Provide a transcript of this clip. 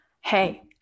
hey